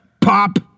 Pop